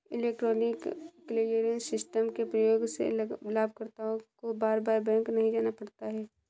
electronic clearance system के प्रयोग से लाभकर्ता को बार बार बैंक नहीं जाना पड़ता है